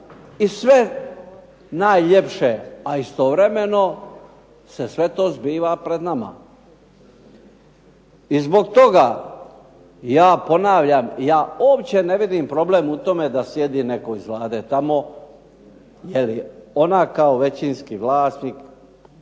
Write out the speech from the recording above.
i sve najljepše, a istovremeno se sve to zbiva pred nama. I zbog toga ja ponavljam ja uopće ne vidim problem u tome da sjedi netko iz Vlade tamo, jer ona kao većinski vlasnik